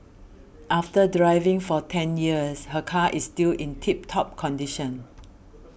after driving for ten years her car is still in tip top condition